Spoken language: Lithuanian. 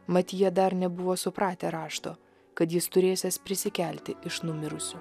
mat jie dar nebuvo supratę rašto kad jis turėsiąs prisikelti iš numirusių